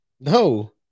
No